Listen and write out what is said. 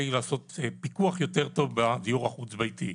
לעשות פיקוח יותר טוב בדיור החוץ ביתי.